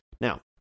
Now